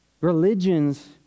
Religions